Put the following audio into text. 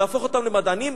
להפוך אותם למדענים,